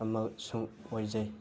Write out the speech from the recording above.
ꯑꯃꯁꯨꯡ ꯑꯣꯏꯖꯩ